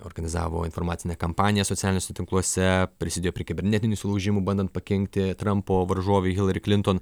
organizavo informacinę kampaniją socialiniuose tinkluose prisidėjo prie kibernetinių įsilaužimų bandant pakenkti trampo varžovei hilari klinton